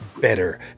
better